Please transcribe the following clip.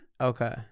Okay